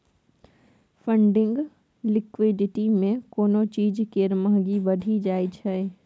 funding liquidity मे कोनो चीज केर महंगी बढ़ि जाइ छै